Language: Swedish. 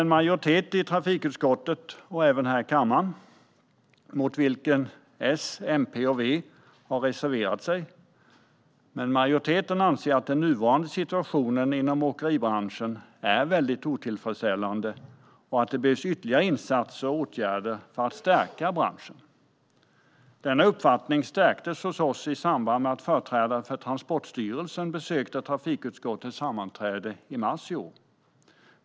En majoritet i trafikutskottet och även här i kammaren, mot vilken S, MP och V har reserverat sig, anser att den nuvarande situationen inom åkeribranschen är mycket otillfredsställande och att det behövs ytterligare insatser och åtgärder för att stärka branschen. Denna uppfattning stärktes hos oss i samband med att företrädare för Transportstyrelsen besökte trafikutskottet i mars i år.